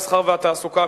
המסחר והתעסוקה,